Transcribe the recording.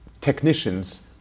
technicians